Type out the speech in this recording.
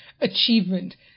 achievement